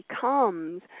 comes